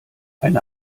eine